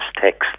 text